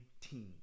team